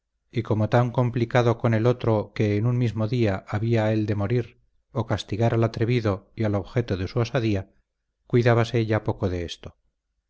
y como tan complicado con el otro que en un mismo día había él de morir o castigar al atrevido y al objeto de su osadía cuidábase ya poco de esto